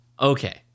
Okay